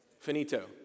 Finito